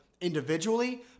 individually